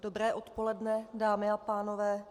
Dobré odpoledne, dámy a pánové.